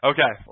Okay